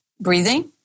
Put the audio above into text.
breathing